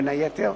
בין היתר,